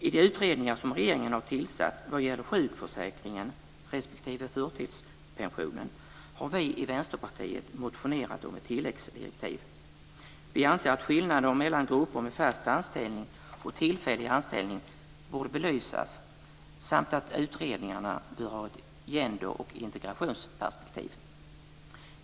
I de utredningar som regeringen har tillsatt vad gäller sjukförsäkringen respektive förtidspensionen har vi i Vänsterpartiet motionerat om ett tilläggsdirektiv. Vi anser att skillnader mellan grupper med fast anställning och grupper med tillfällig anställning borde belysas, samt att utredningarna bör ha ett gender och integrationsperspektiv.